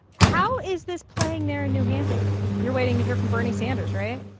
how is this playing there in new hampshire? you're waiting to hear from bernie sanders, right?